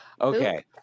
Okay